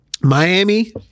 Miami